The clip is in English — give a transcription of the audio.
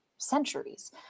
centuries